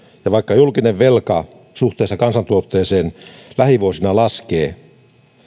ja vaikka julkinen velka suhteessa kansantuotteeseen lähivuosina laskee